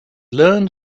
learned